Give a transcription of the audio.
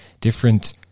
different